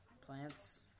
plants